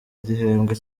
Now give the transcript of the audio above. gihembwe